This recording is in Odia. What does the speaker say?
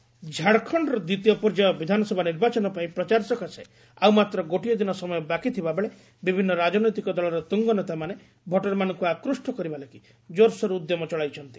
ଝାଡ଼ଖଣ୍ଡ ପୋଲସ୍ ଝାଡ଼ଖଣ୍ଡର ଦ୍ୱିତୀୟ ପର୍ଯ୍ୟାୟ ବିଧାନସଭା ନିର୍ବାଚନ ପାଇଁ ପ୍ରଚାର ସକାଶେ ଆଉ ମାତ୍ର ଗୋଟିଏ ଦିନ ସମୟ ବାକିଥିବା ବେଳେ ବିଭିନ୍ନ ରାଜନୈତିକ ଦଳର ତୁଙ୍ଗନେତାମାନେ ଭୋଟରମାନଙ୍କୁ ଆକୁଷ୍ଟ କରିବା ଲାଗି ଜୋରସୋର ଉଦ୍ୟମ ଚଳାଇଛନ୍ତି